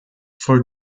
for